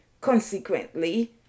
Consequently